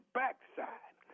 backside